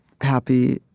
happy